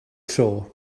tro